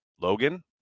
Logan